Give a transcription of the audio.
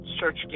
search